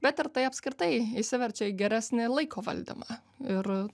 bet ir tai apskritai išsiverčia į geresnį laiko valdymą ir